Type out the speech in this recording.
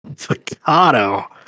Avocado